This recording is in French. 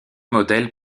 modèles